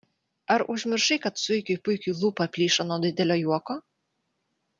ar užmiršai kad zuikiui puikiui lūpa plyšo nuo to didelio juoko